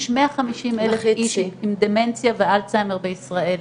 יש 150,000 איש עם דמנציה ואלצהיימר בישראל.